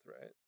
right